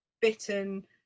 bitten